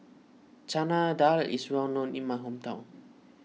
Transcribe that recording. Chana Dal is well known in my hometown